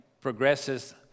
progresses